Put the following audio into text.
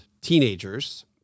teenagers